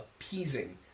appeasing